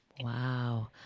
Wow